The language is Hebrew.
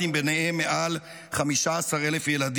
ביניהם מעל 15,000 ילדים,